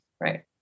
right